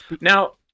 Now